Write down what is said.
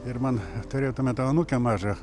ir man turėjau tuo metu anūkę mažą